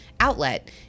outlet